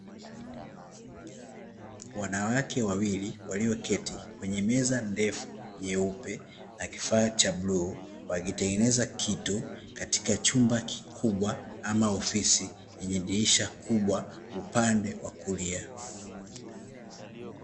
Wanawake wawili, walioketi kwenye meza ndefu nyeupe na kifaa cha bluu, wakitengeneza kitu katika chumba kikubwa ama ofisi yenye dirisha kubwa upande wa kulia.